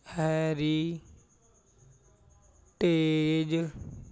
heritage